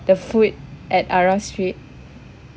the food at arab street